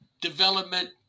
development